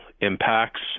impacts